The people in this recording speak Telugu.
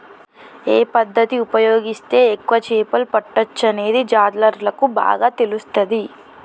ఏ పద్దతి ఉపయోగిస్తే ఎక్కువ చేపలు పట్టొచ్చనేది జాలర్లకు బాగా తెలుస్తది